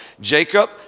Jacob